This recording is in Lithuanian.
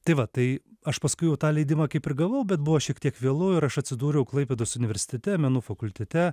tai va tai aš paskui jau tą leidimą kaip ir gavau bet buvo šiek tiek vėlu ir aš atsidūriau klaipėdos universitete menų fakultete